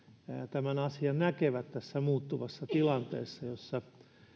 tämän asian näkevät tässä muuttuvassa tilanteessa